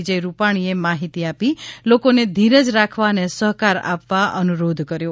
વિજયરૂપાણીએ માહિતી આપી લોકોને ધીરજ રાખવા અને સહકાર આપવા અનુરોધ કર્યો